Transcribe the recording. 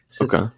Okay